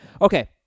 okay